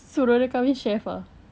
suruh dia kahwin chef ah